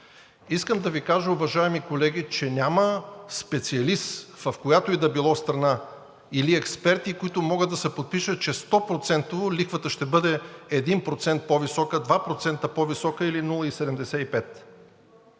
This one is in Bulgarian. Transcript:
Искам да Ви кажа, уважаеми колеги, че няма специалист в която и да било страна или експерти, които могат да се подпишат, че стопроцентово лихвата ще бъде 1% по-висока, 2% по-висока или 0,75.